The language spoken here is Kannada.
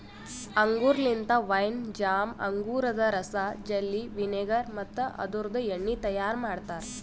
ಅಂಗೂರ್ ಲಿಂತ ವೈನ್, ಜಾಮ್, ಅಂಗೂರದ ರಸ, ಜೆಲ್ಲಿ, ವಿನೆಗರ್ ಮತ್ತ ಅದುರ್ದು ಎಣ್ಣಿ ತೈಯಾರ್ ಮಾಡ್ತಾರ